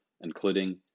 including